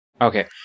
Okay